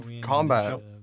combat